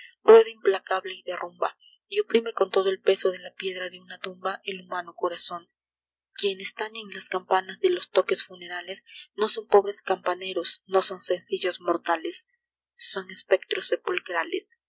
rueda implacable y derrumba y oprime con todo el peso de la piedra de una tumba el humano corazón quienes tañen las campanas de los toques funerales no son pobres campaneros no son sencillos mortales son espectros sepulcrales